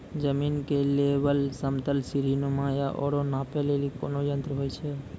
जमीन के लेवल समतल सीढी नुमा या औरो नापै लेली कोन यंत्र होय छै?